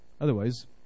otherwise